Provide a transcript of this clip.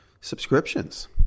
subscriptions